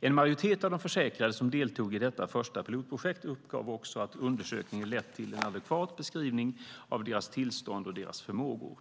En majoritet av de försäkrade som deltog i detta första pilotprojekt uppgav också att undersökningen lett till en adekvat beskrivning av deras tillstånd och deras förmågor.